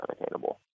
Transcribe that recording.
unattainable